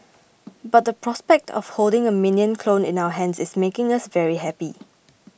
but the prospect of holding a minion clone in our hands is making us very happy